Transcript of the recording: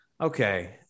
okay